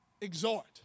exhort